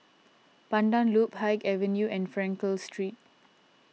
Pandan Loop Haig Avenue and Frankel Street